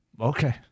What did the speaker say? Okay